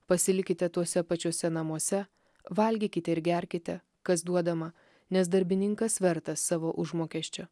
pasilikite tuose pačiuose namuose valgykite ir gerkite kas duodama nes darbininkas vertas savo užmokesčio